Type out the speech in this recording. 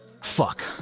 Fuck